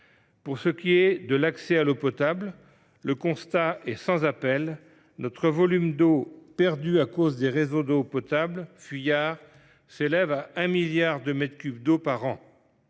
Pour ce qui est de l’accès à l’eau potable, le constat est sans appel : le volume d’eau perdue à cause des réseaux d’eau potable fuyards s’élève à 1 milliard de mètres cubes par an.